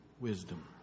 wisdom